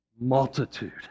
multitude